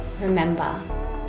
Remember